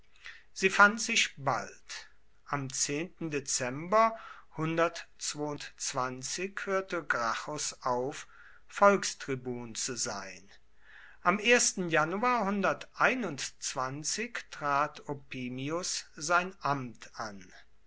sie fand sich bald am dezember hörte gracchus auf volkstribun zu sein am januar trat opimius sein amt an